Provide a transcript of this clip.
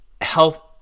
health